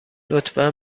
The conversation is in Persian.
لطفا